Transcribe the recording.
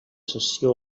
cessió